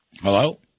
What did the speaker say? Hello